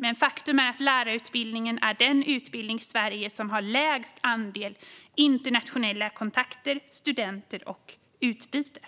Men faktum är att lärarutbildningen är den utbildning i Sverige som har lägst andel internationella kontakter, studenter och utbyten.